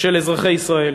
של אזרחי ישראל.